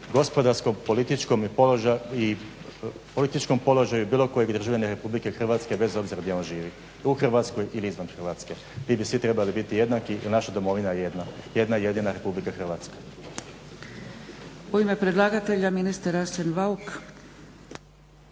gospodarskom, političkom položaju bilo kojeg državljanina RH bez obzira gdje on živi u Hrvatskoj ili izvan Hrvatske. Mi bi svi trebali biti jednaki jer naša Domovina je jedna, jedna jedina je Republika Hrvatska.